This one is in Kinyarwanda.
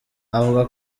avuga